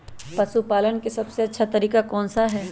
पशु पालन का सबसे अच्छा तरीका कौन सा हैँ?